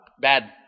bad